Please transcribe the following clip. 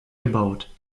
gebaut